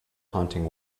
hunting